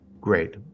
Great